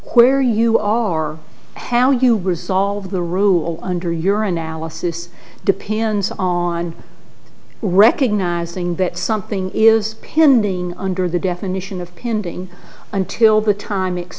where you are how you resolve the rule under your analysis depends on recognizing that something is pending under the definition of pending until the time